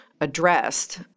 addressed